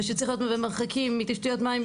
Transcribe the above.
ושצריך להיות במרחקים מתשתיות מים,